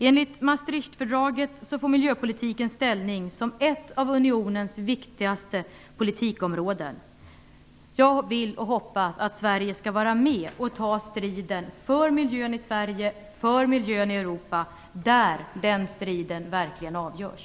Enligt Maastrichtfördraget får miljöpolitiken ställning som ett av unionens viktigaste politikområden. Jag vill och hoppas att Sverige skall vara med och ta striden för miljön i Sverige, för miljön i Europa, där den striden verkligen avgörs.